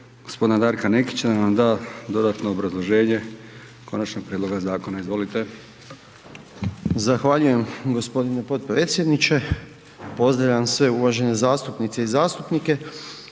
g. Darka Nekića da nam da dodatno obrazloženje konačnog prijedloga zakona. Izvolite. **Nekić, Darko** Zahvaljujem g. potpredsjedniče. Pozdravljam sve uvažene zastupnice i zastupnike.